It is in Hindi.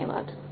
धन्यवाद